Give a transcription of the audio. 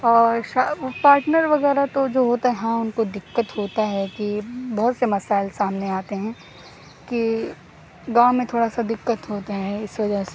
اور پارٹنر وغیرہ تو جو ہوتے ہیں ہاں ان کو دقت ہوتا ہے کہ بہت سے مسائل سامنے آتے ہیں کہ گاؤں میں تھوڑا سا دقت ہوتے ہیں اس وجہ سے